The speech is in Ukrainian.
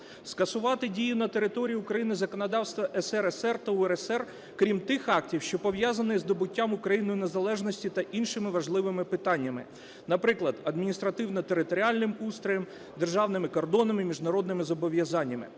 скасувати дію на території України законодавства СРСР та УРСР, крім тих актів, що пов'язані із здобуттям Україною незалежності та іншими важливими питаннями, наприклад, адміністративно-територіальним устроєм, державними кордонами, міжнародними зобов'язаннями,